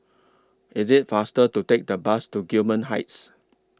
IS IT faster to Take The Bus to Gillman Heights